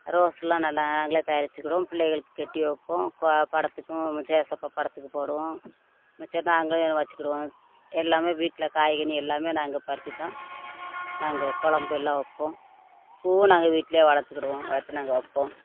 ரோஸ்லாம் நல்லா நாங்களே தயாரிச்சிக்கிடுவோம் பிள்ளைகளுக்கு கட்டி வைப்போம் ப படத்துக்கும் யேசப்பா படத்துக்கு போடுவோம் மிச்ச நாங்களே வச்சிக்கிடுவோம் எல்லாமே வீட்டில் காய்கனி எல்லாமே நாங்கள் பறித்து தான் நாங்கள் குழம்பு எல்லாம் வைப்போம் பூவும் நாங்கள் வீட்டில் வளர்த்துக்கிடுவோம் வளர்த்து நாங்கள் வைப்போம்